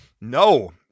No